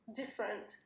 different